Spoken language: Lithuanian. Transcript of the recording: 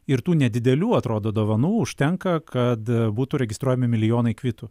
ir tų nedidelių atrodo dovanų užtenka kad būtų registruojami milijonai kvitų